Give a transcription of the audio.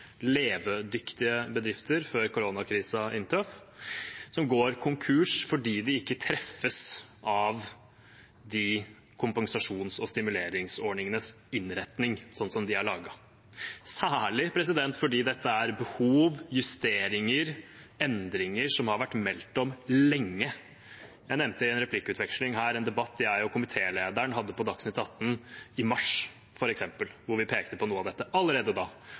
levedyktige bedrifter før koronakrisen inntraff, som nå går konkurs fordi de ikke treffes av kompensasjons- og stimuleringsordningene sånn som de er innrettet – særlig fordi dette er behov, justeringer og endringer som har vært meldt om lenge. Jeg nevnte i en replikkveksling her en debatt jeg og komitélederen hadde på Dagsnytt 18 allerede i mars, hvor vi pekte på noe av dette.